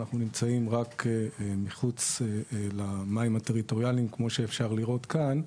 אנחנו נמצאים רק מחוץ למים הטריטוריאליים כמו שאפשר לראות כאן.